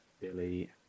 Billy